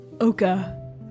Oka